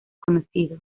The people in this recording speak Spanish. conocido